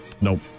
Nope